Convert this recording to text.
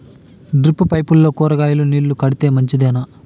Drip పైపుల్లో కూరగాయలు నీళ్లు కడితే మంచిదేనా?